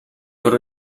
per